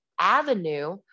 avenue